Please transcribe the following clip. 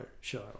show